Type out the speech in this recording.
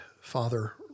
father